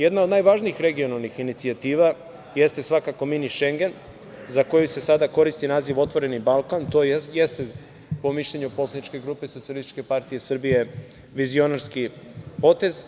Jedna od najvažnijih regionalnih inicijativa jeste svakako mini Šengen, za koji se sada koristi naziv – otvoreni Balkan, to jeste po mišljenju poslaničke grupe SPS vizionarski potez.